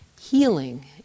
healing